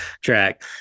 track